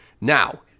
Now